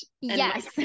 Yes